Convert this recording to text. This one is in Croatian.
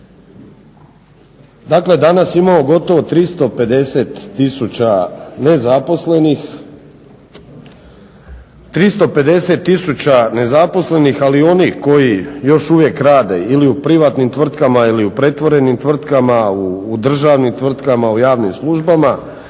Dakle danas imamo gotovo 350 tisuća nezaposlenih, 350 tisuća nezaposlenih, ali i onih koji još uvijek rade ili u privatnim tvrtkama ili u pretvorenim tvrtkama, u državnim tvrtkama, u javnim službama